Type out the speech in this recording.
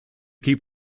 keep